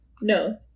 No